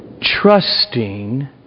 Trusting